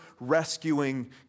rescuing